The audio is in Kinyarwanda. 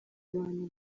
abantu